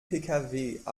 pkw